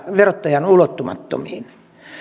verottajan ulottumattomiin